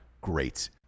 great